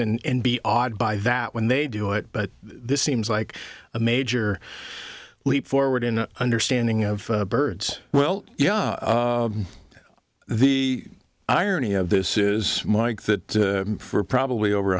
and be awed by that when they do it but this seems like a major leap forward in understanding of birds well yeah the irony of this is mike that for probably over